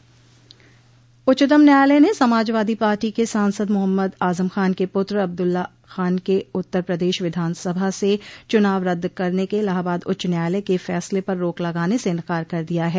उच्चतम न्यायालय ने समाजवादी पार्टी के सांसद मोहम्मद आजम खान के पुत्र अब्दुल्ला खान के उत्तर प्रदेश विधानसभा से चुनाव रद्द करने के इलाहाबाद उच्च न्यायालय के फैसले पर रोक लगाने से इन्कार कर दिया है